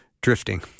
drifting